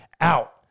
out